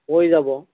পৰি যাব